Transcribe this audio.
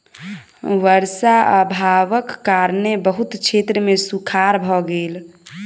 वर्षा अभावक कारणेँ बहुत क्षेत्र मे सूखाड़ भ गेल